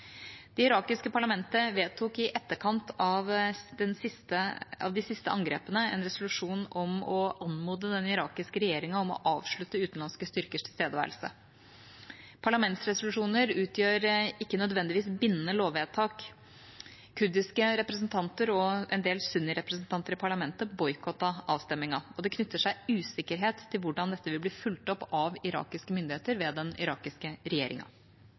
irakiske parlamentet vedtok i etterkant av de siste angrepene en resolusjon om å anmode den irakiske regjeringa om å avslutte utenlandske styrkers tilstedeværelse. Parlamentsresolusjoner utgjør ikke nødvendigvis bindende lovvedtak. Kurdiske representanter og en del sunnirepresentanter i parlamentet boikottet avstemningen. Det knytter seg usikkerhet til hvordan dette vil bli fulgt opp av irakiske myndigheter, ved den irakiske regjeringa.